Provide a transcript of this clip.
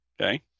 Okay